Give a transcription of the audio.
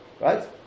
Right